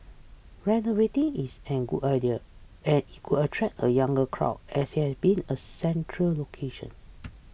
renovating it's an a good idea and it could attract a younger crowd as it has been a central location